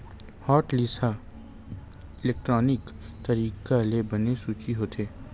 hotlist ह electronic तरीका ले बने सूची होथे